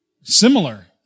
similar